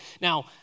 Now